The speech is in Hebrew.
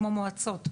כמו מועצות,